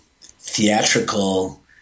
theatrical